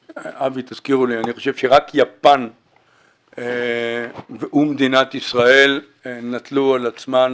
אני חושב שרק יפן ומדינת ישראל נטלו על עצמן